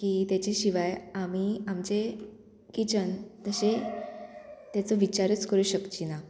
की तेचे शिवाय आमी आमचें किचन तशें तेचो विचारूच करूं शकचीं ना